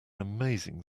amazing